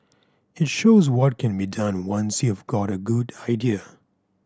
it shows what can be done once you've got a good idea